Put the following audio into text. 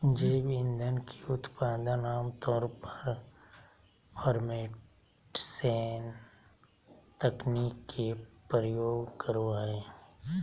जैव ईंधन के उत्पादन आम तौर पर फ़र्मेंटेशन तकनीक के प्रयोग करो हइ